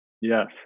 Yes